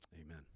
Amen